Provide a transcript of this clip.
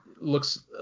looks